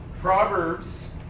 Proverbs